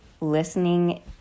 listening